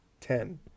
Ten